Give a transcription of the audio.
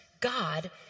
God